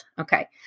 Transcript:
Okay